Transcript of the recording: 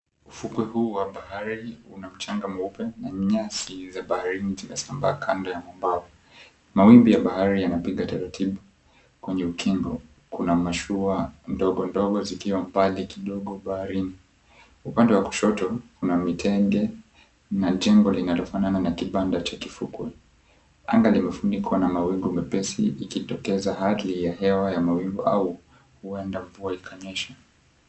Ufukwe huu wa bahari una mchanga mweupe na nyasi za baharini zimesambaa kando ya mwambao. Mawimbi ya bahari yanapiga taratibu kwenye ukingo. Kuna mashua ndogo ndogo zikiwa mbali kidogo baharini. Upande wa kushoto kuna mitende na jengo linalofanana na kibanda cha kifukwe. Anga limefunikwa na mawingu meupe mepesi ikitokeza hali ya hewa ya mawingu au huenda mvua ikanyesha.